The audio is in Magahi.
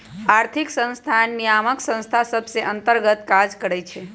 आर्थिक संस्थान नियामक संस्था सभ के अंतर्गत काज करइ छै